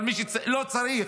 אבל מי שלא צריך,